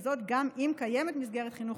וזאת גם אם קיימת כיום מסגרת חינוך